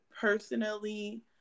personally